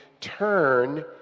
turn